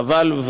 חבל,